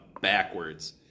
backwards